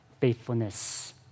faithfulness